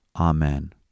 amen